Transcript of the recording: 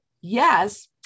Yes